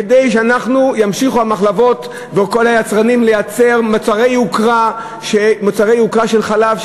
כדי שהמחלבות וכל היצרנים ימשיכו לייצר מוצרי יוקרה של חלב?